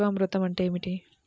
జీవామృతం అంటే ఏమిటి?